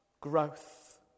Growth